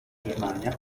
germania